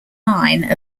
nine